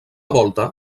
volta